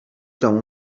domu